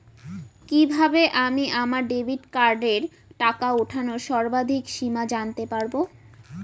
কিভাবে আমি আমার ডেবিট কার্ডের টাকা ওঠানোর সর্বাধিক সীমা জানতে পারব?